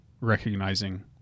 recognizing